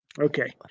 Okay